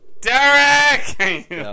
Derek